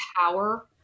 power